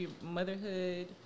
Motherhood